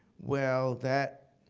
well, that,